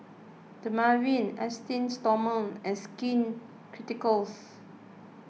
Dermaveen Esteem Stoma and Skin Ceuticals